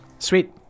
Sweet